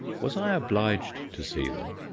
was i obliged to see them,